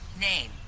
Name